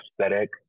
aesthetic